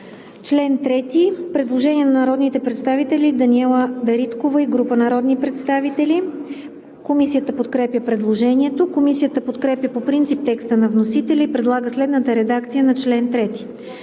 чл. 3 има предложение на народните представители Даниела Дариткова и група народни представители. Комисията подкрепя предложението. Комисията подкрепя по принцип текста на вносителя и предлага следната редакция на чл.